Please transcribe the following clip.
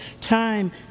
time